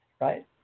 right